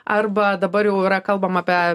arba dabar jau yra kalbam apie